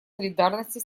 солидарности